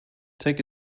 take